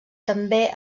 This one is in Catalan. també